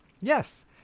Yes